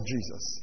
Jesus